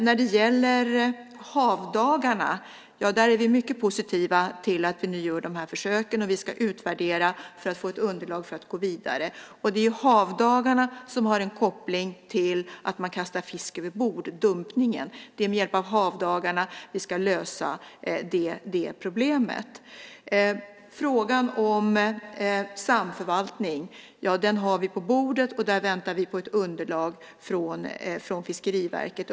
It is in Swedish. När det gäller havdagarna är vi mycket positiva till att vi nu gör de här försöken, och vi ska utvärdera för att få ett underlag för att gå vidare. Det är ju havdagarna som har en koppling till att man kastar fisk över bord, dumpningen. Det är med hjälp av havdagarna som vi ska lösa det problemet. Frågan om samförvaltning har vi på bordet, och där väntar vi på ett underlag från Fiskeriverket.